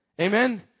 Amen